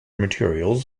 materials